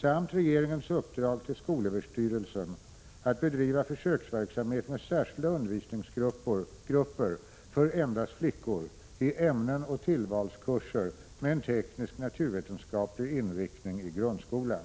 samt regeringens uppdrag till skolöverstyrelsen att bedriva försöksverksamhet med särskilda undervisningsgrupper för endast flickor i ämnen och tillvalskurser med en teknisk-naturvetenskaplig inriktning i grundskolan.